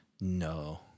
No